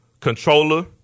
Controller